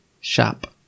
shop